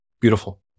beautiful